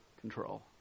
control